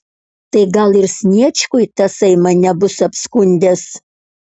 tai gal ir sniečkui tasai mane bus apskundęs